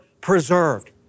preserved